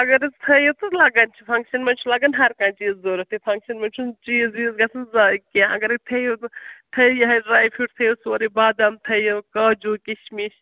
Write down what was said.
اگر حظ تھٲیِو تہٕ لگَان چھِ فنٛگشَن منٛز چھُ لگَن ہر کانٛہہ چیٖز ضوٚرَتھ یہِ فگشن منٛز چھُنہٕ چیٖز ویٖز گژھَن زایہِ کینٛہہ اگر ۂے تٲیِو تھٲیو یِہے ڈرٛے فرٛوٗٹ تھٲیِو سورٕے بادَم تھٲیو کاجوٗ کِشمِش